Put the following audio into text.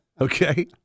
Okay